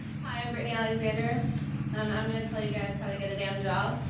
hi, i'm britni alexander and i'm gonna tell you guys how to get a damn job.